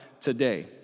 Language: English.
today